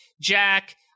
Jack